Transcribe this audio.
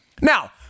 Now